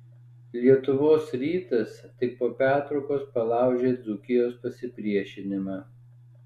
lietuvos rytas tik po pertraukos palaužė dzūkijos pasipriešinimą